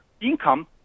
income